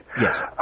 yes